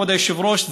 כבוד היושב-ראש,